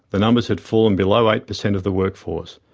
the numbers had fallen below eight percent of the workforce,